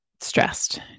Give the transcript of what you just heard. Stressed